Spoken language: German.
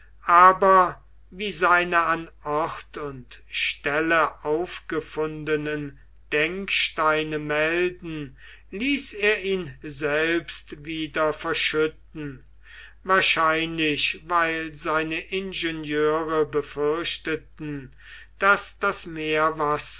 aber wie seine an ort und stelle aufgefundenen denksteine melden ließ er ihn selbst wieder verschütten wahrscheinlich weil seine ingenieure befürchteten daß das meerwasser